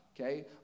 okay